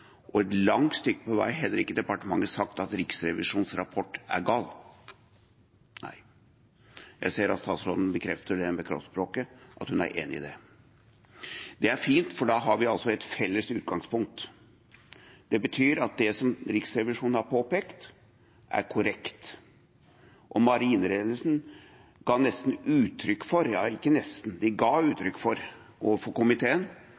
og et langt stykke på vei heller ikke departementet sagt at Riksrevisjonens rapport er gal. Jeg ser at statsråden bekrefter med sitt kroppsspråk at hun er enig i det. Det er fint, for da har vi et felles utgangspunkt. Det betyr at det som Riksrevisjonen har påpekt, er korrekt, og marineledelsen ga uttrykk for, overfor komiteen, at de var lettet over at denne rapporten hadde kommet, for